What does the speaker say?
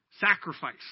sacrifice